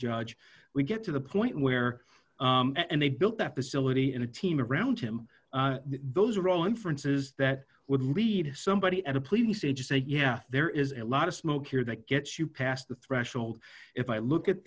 judge we get to the point where and they built that facility and a team around him those are all inferences that would lead somebody at a police agency yeah there is a lot of smoke here that gets you past the threshold if i look at